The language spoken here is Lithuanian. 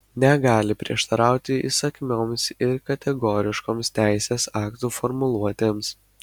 negali prieštarauti įsakmioms ir kategoriškoms teisės aktų formuluotėms